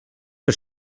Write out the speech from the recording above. per